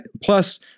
Plus